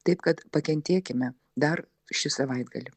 taip kad pakentėkime dar šį savaitgalį